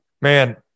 Man